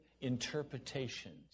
interpretations